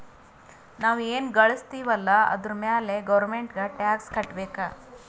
ನಾವ್ ಎನ್ ಘಳುಸ್ತಿವ್ ಅಲ್ಲ ಅದುರ್ ಮ್ಯಾಲ ಗೌರ್ಮೆಂಟ್ಗ ಟ್ಯಾಕ್ಸ್ ಕಟ್ಟಬೇಕ್